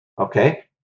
Okay